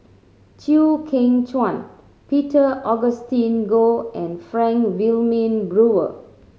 Chew Kheng Chuan Peter Augustine Goh and Frank Wilmin Brewer